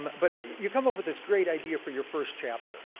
but, you come up with this great idea for your first chapter,